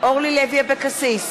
אורלי לוי אבקסיס,